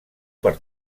per